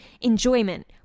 enjoyment